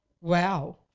Wow